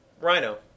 Rhino